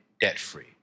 debt-free